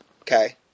okay